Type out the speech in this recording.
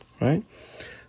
right